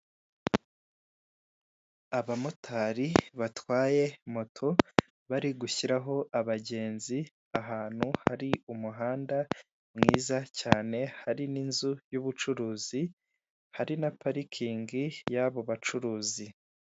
Abamotari batwaye moto, bari gushyiramo abagenzi, ahantu hari umuhanda mwiza cyane, hari n'inzu y'ubucuruzi, hari na parikingi y'abo bacuruzi.